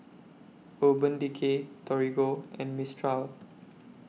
Urban Decay Torigo and Mistral